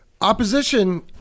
opposition